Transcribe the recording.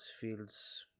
feels